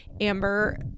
Amber